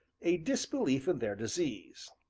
a disbelief in their disease.